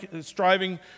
striving